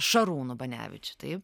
šarūnu banevičiu taip